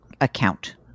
account